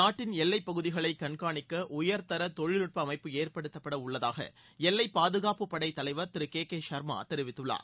நாட்டின் எல்லைப் பகுதிகளை கண்காணிக்க உயர்தர தொழில்நுட்ப அமைப்பு ஏற்படுத்தப்பட உள்ளதாக எல்லை பாதுகாப்புப்படை தலைவர் திரு கே கே ஷர்மா தெரிவித்துள்ளார்